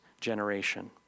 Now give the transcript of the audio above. generation